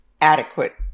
adequate